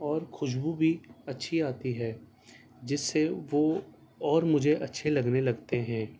اور خوشبو بھی اچھی آتی ہے جس سے وہ اور مجھے اچھے لگنے لگتے ہیں